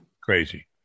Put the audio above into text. Crazy